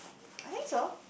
I think so